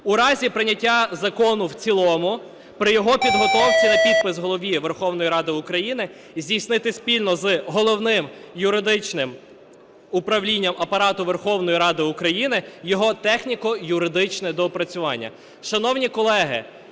В разі прийняття закону в цілому, при його підготовці на підпис Голові Верховної Ради України здійснити спільно з Головним юридичним управлінням Апарату Верховної Ради України його техніко-юридичне доопрацювання.